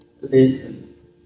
Listen